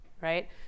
right